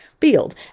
field